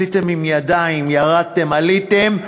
ועשיתם עם ידיים וירדתם ועליתם,